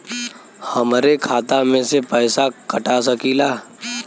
हमरे खाता में से पैसा कटा सकी ला?